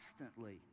constantly